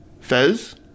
Fez